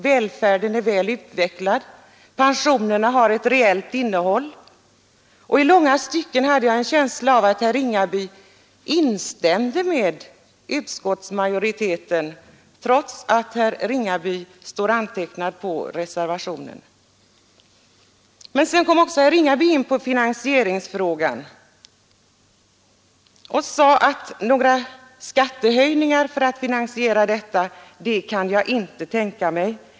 Välfärden är väl utvecklad, och pensionerna har ett reellt innehåll. I långa stycken hade jag en känsla av att herr Ringaby instämde med utskottsmajoriteten trots att han står antecknad på reservationen. Men sedan kom herr Ringaby in på finansieringsfrågan och sade att några skattehöjningar för att finansiera en sänkning av pensionsåldern kunde han inte tänka sig.